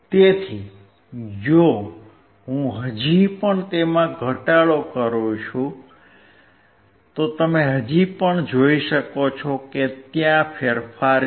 તેથી જો હું હજી પણ તેમાં ઘટાડો કરું છું તો તમે હજી પણ જોઈ શકો છો કે ત્યાં ફેરફાર છે